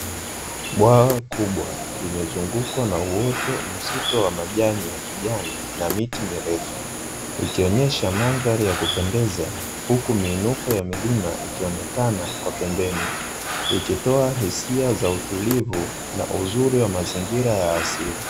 Bwawa kubwa limezungukwa na uoto mzuto wa majani ya kijani na miti mirefu, ikionyesha mandhari nzuri ya kupendeza huku miinuko ya mlima ikionekana kwa pembeni ikitoa hisia za utilivu na uzuri wa mazingira ya asili.